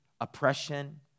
oppression